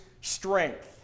strength